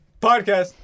Podcast